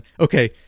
okay